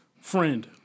Friend